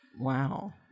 Wow